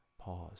pause